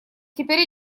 теперь